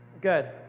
Good